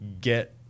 get